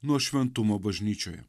nuo šventumo bažnyčioje